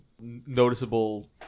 noticeable